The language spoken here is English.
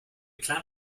clamp